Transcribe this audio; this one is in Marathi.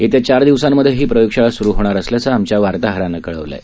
येत्या चार दिवसांमधे ही प्रयोगशाळा स्रु होणार असल्याचं आमच्या वार्ताहरानं कळवलं आहे